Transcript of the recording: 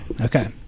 Okay